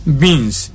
beans